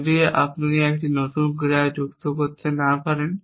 যদি আপনি একটি নতুন ক্রিয়া যুক্ত করতে না পারেন